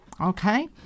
Okay